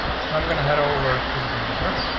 i'm gonna head over to the browser.